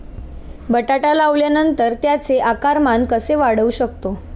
बटाटा लावल्यानंतर त्याचे आकारमान कसे वाढवू शकतो?